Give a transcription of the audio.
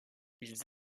ils